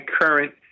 current